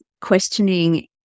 questioning